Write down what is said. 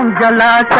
gala